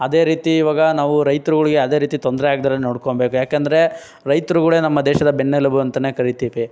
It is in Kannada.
ಅದೇ ರೀತಿ ಇವಗ ನಾವು ರೈತರುಗಳಿಗೆ ಯಾವುದೇ ರೀತಿ ತೊಂದರೆ ಆಗ್ದಿರೆ ನೋಡ್ಕೊಳ್ಬೇಕು ಯಾಕೆಂದ್ರೆ ರೈತರುಗಳೇ ನಮ್ಮ ದೇಶದ ಬೆನ್ನೆಲುಬು ಅಂತೆಯೇ ಕರಿತಿವಿ